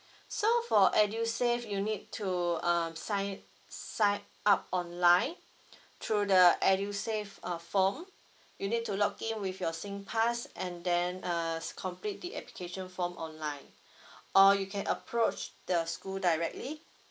so for edusave you need to um sign sign up online through the edusave uh form you need to log in with your singpass and then uh complete the application form online or you can approach the school directly